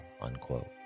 unquote